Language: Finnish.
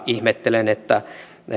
ihmettelen että